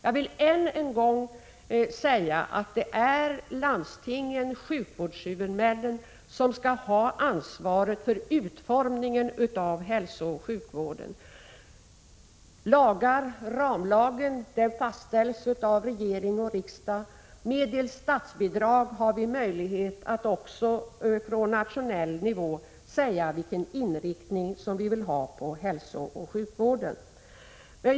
Jag vill än en gång säga att det är landstingen-sjukvårdshuvudmännen som skall ha ansvaret för utformningen av hälsooch sjukvården. Ramlagarna fastställs av regering och riksdag. Medelst statsbidrag har vi möjlighet att också från nationell nivå säga vilken inriktning vi vill ha på hälsooch sjukvården.